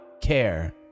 care